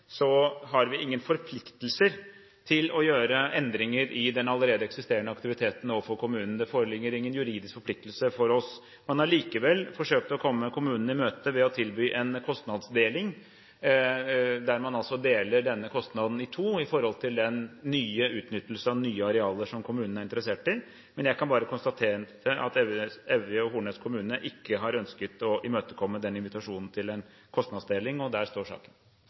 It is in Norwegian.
har vi ingen forpliktelser overfor kommunen til å gjøre endringer i den allerede eksisterende aktiviteten – det foreligger ingen juridisk forpliktelse for oss. Man har likevel forsøkt å komme kommunen i møte ved å tilby en kostnadsdeling, der man deler denne kostnaden i to i når det gjelder den nye utnyttelsen av nye arealer som kommunen er interessert i. Jeg kan bare konstatere at Evje og Hornnes kommune ikke har ønsket å imøtekomme invitasjonen til en kostnadsdeling, og der står saken.